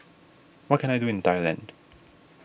what can I do in Thailand